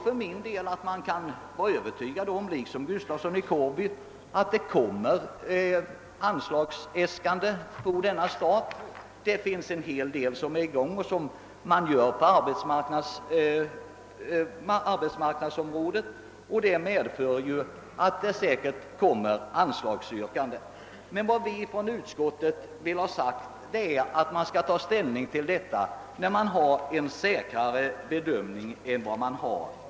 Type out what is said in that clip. För min del är jag liksom herr Gustafsson i Kårby övertygad om att anslagsäskanden på tilläggsstat II kommer att göras. Det finns en hel del arbeten på gång vilka måste leda till yrkanden om större anslag. Inom utskottet vill vi dock att man skall ta ställning till dessa saker först när möjligheter till en säkrare bedömning föreligger.